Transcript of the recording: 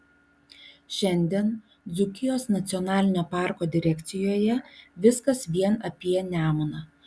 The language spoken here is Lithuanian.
šiandien dzūkijos nacionalinio parko direkcijoje viskas vien apie nemuną